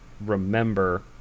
remember